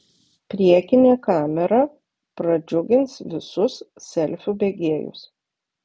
priekinė kamera pradžiugins visus selfių mėgėjus